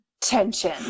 tension